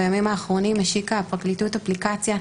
בימים האחרונים השיקה הפרקליטות אפליקציה,